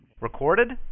Recorded